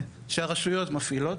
שהרשויות מפעילות,